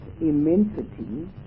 immensity